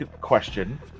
question